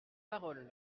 parole